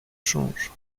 change